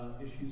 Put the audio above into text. issues